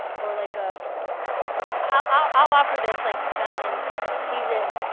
or like, ah but i'll offer this like in season,